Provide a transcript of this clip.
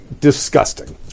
disgusting